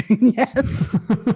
Yes